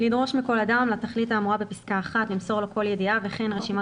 לדרוש מכל אדם לתכלית האמורה בפסקה (1) למסור לו כל ידיעה וכן רשימת